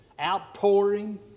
outpouring